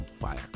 fire